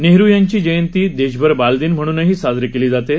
नेहरु यांची जयंती देशभर बालदिन म्हणूनही साजरी केली जाते